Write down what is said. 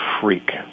freak